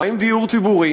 מה עם דיור ציבורי?